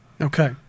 Okay